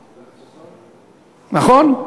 נכון?